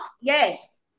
yes